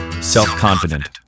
self-confident